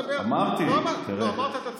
אמרתי, לא, אמרת: אתה צודק.